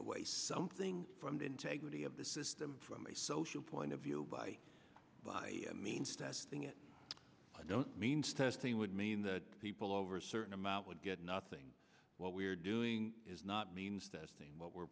away something from the integrity of the system social point of view by by means testing it i don't mean testing would mean that people over a certain amount would get nothing what we're doing is not means testing what we're